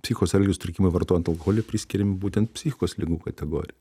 psichikos elgesio sutrikimai vartojant alkoholį priskiriami būtent psichikos ligų kategorijai